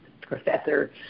professor